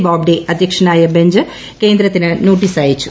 ബോബ്ഡെ അധ്യക്ഷനായ ബെഞ്ച് കേന്ദ്രത്തിന് നോട്ടീസ് അയച്ചു